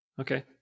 okay